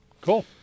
cool